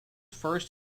first